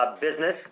business